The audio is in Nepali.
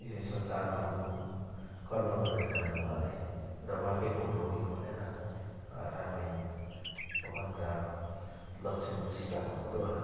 यही संसारमा आफ्नो कर्म गरेर जानुभयो अरे र उहाँकै फोटो हो यो भनेर रामायण भगवान राम लक्ष्मण सीताको फोटो